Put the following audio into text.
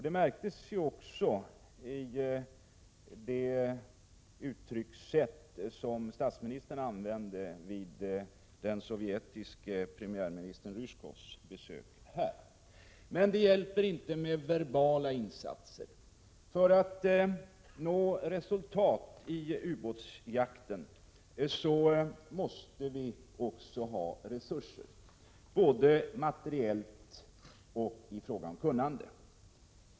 Det märktes också i det uttryckssätt som statsministern använde vid den sovjetiske premiärministern Ryzjkovs besök de senaste dagarna. Men det hjälper inte med verbala insatser. För att nå resultat i ubåtsjakten måste vi också ha resurser, både materiellt och i fråga om kunnande.